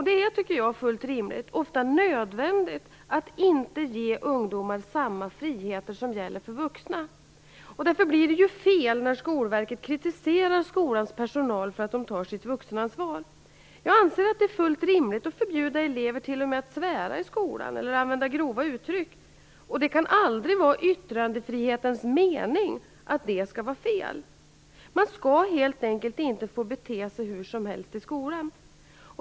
Det är, tycker jag, fullt rimligt - ofta nödvändigt - att inte ge ungdomar samma frihet som gäller för vuxna. Därför blir det fel när Skolverket kritiserar skolans personal för att de tar sitt vuxenansvar. Jag anser att det är fullt rimligt att förbjuda elever t.o.m. att svära i skolan eller använda grova uttryck. Det kan aldrig vara yttrandefrihetens mening att det skall vara fel. Man skall helt enkelt inte få bete sig hur som helst i skolan.